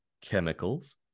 chemicals